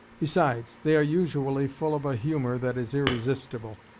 besides, they are usually full of a humor that is irresistible.